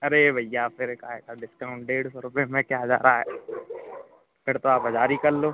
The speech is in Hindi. अरे भइया फिर काहे डिस्काउंट डेढ़ सौ रुपए में क्या जा रहा है फिर तो आप हजार ही कर लो